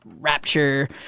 rapture